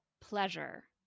pleasure